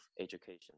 education